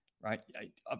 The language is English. right